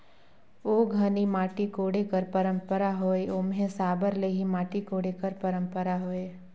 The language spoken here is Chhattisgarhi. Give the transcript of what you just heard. ओ घनी माटी कोड़े कर पंरपरा होए ओम्हे साबर ले ही माटी कोड़े कर परपरा होए